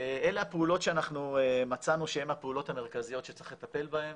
אלה הפעולות שאנחנו מצאנו שהן הפעולות המרכזיות שצריך לטפל בהן: